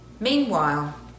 Meanwhile